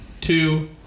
two